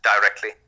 directly